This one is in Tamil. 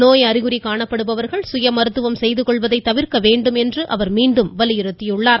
நோய் அறிகுறி காணப்படுபவர்கள் சுய மருத்துவம் செய்து கொள்வதை தவிர்க்க வேண்டும் என்று அவர் மீண்டும் வலியுறுத்தியுள்ளார்